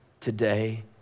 today